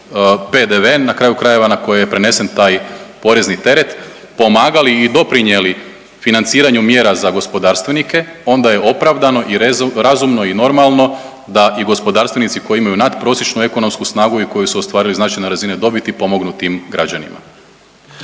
na kraju krajeva na koje je prenesen taj porezni teret pomagali i doprinjeli financiranju mjera za gospodarstvenike onda je opravdano i razumno i normalno da i gospodarstvenici koji imaju nadprosječnu ekonomsku snagu i koji su ostvarili značajne razine dobiti pomognu tim građanima.